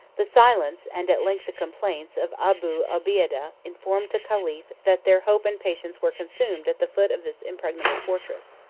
the silence, and at length the complaints, of abu obeidah informed the caliph that their hope and patience were consumed at the foot of this impregnable fortress.